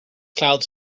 clouds